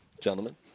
gentlemen